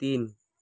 तिन